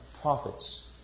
prophets